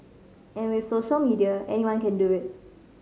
and with social media anyone can do it